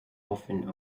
often